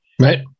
Right